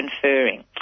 conferring